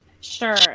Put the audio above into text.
Sure